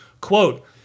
Quote